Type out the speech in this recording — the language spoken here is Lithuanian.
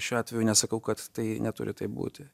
šiuo atveju nesakau kad tai neturi taip būti